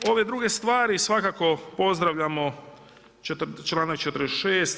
Ove druge stvari svakako pozdravljamo članak 46.